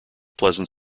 pleasant